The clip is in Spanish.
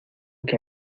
que